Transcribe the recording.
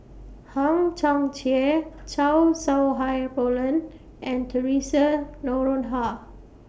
Hang Chang Chieh Chow Sau Hai Roland and Theresa Noronha